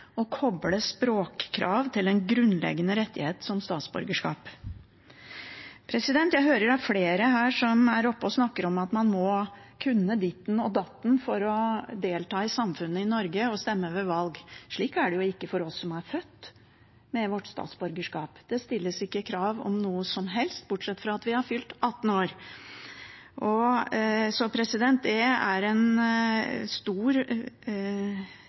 å koble språkkrav til en grunnleggende rettighet som statsborgerskap. Jeg hører det er flere her som er oppe på talerstolen og snakker om at man må kunne ditt og datt for å delta i samfunnet i Norge og stemme ved valg. Slik er det jo ikke for oss som er født med vårt statsborgerskap. Det stilles ikke krav om noe som helst, bortsett fra at vi har fylt 18 år. Så det er